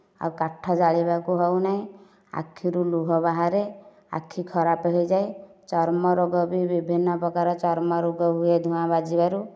ଆଉ କାଠ ଜାଳିବାକୁ ହେଉନାହିଁ ଆଖିରୁ ଲୁହ ବାହାରେ ଆଖି ଖରାପ ହୋଇଯାଏ ଚର୍ମରୋଗ ବି ବିଭିନ୍ନପ୍ରକାର ଚର୍ମରୋଗ ହୁଏ ଧୁଁଆ ବାଜିବାରୁ